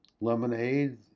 lemonade